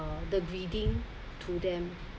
the greeting to them